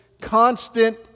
constant